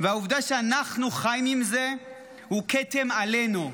והעובדה שאנחנו חיים עם זה היא כתם עלינו.